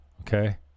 okay